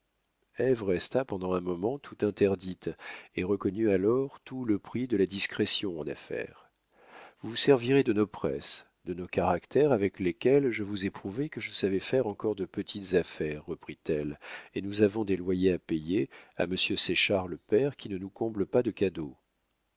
resta pendant un moment tout interdite et reconnut alors tout le prix de la discrétion en affaires vous vous servirez de nos presses de nos caractères avec lesquels je vous ai prouvé que je savais faire encore de petites affaires reprit-elle et nous avons des loyers à payer à monsieur séchard le père qui ne nous comble pas de cadeaux